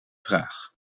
vraag